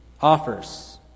offers